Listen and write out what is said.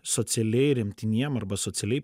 socialiai remtiniem arba socialiai